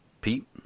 Pete